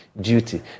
duty